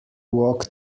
walk